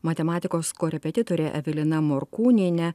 matematikos korepetitorė evelina morkūnienė